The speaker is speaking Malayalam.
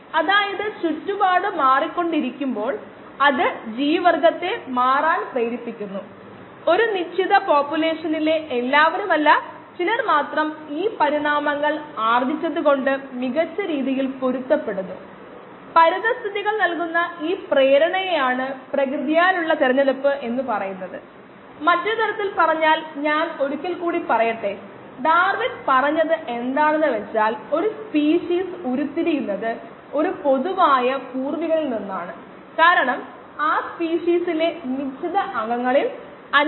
അത് വ്യക്തമായികഴിഞ്ഞാൽ അത് എഴുതുക തുടർന്ന് പ്രോബ്ലെത്തിലൂടെ പ്രസക്തമായ പ്രഭാഷണങ്ങളിൽ ഉൾപ്പെടുത്തിയിട്ടുള്ള കാര്യങ്ങളിലൂടെ എന്താണ് നൽകിയിട്ടുള്ളത് അല്ലെങ്കിൽ അറിയപ്പെടുന്നത് എന്ന ചോദ്യം ചോദിക്കുക